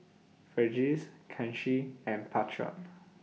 Verghese Kanshi and Pratap